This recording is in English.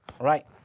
right